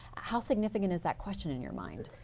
how significant is that question in your mind?